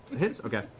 hits? okay.